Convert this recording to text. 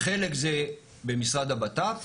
חלק זה במשרד הבט"פ,